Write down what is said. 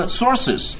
sources